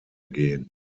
gehen